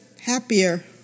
happier